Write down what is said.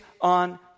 on